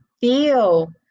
feel